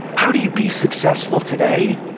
how do you be successful today?